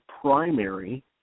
primary